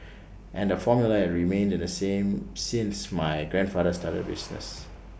and the formula have remained the same since my grandfather started the business